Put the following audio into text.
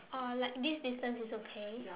or like this distance is okay